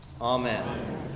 Amen